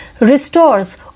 restores